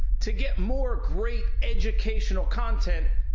to get more great educational content,